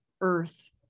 Earth